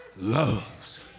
loves